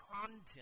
content